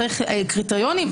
צריך קריטריונים.